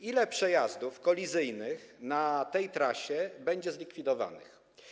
Ile przejazdów kolizyjnych na tej trasie będzie zlikwidowanych?